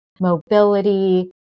mobility